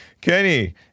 Kenny